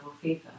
fever